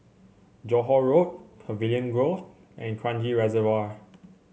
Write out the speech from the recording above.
Johore Road Pavilion Grove and Kranji Reservoir